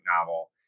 novel